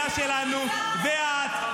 --- האמת כואבת.